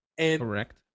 Correct